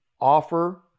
offer